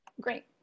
Great